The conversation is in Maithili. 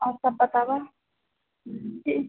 आओर सब बताबऽ